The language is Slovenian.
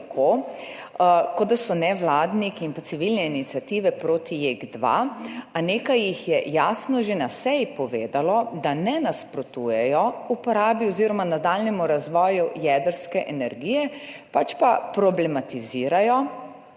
kot da so nevladniki in civilne iniciative proti JEK2, a nekaj jih je jasno že na seji povedalo, da ne nasprotujejo uporabi oziroma nadaljnjemu razvoju jedrske energije, pač pa problematizirajo